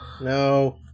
No